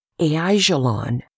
Aijalon